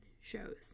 shows